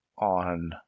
on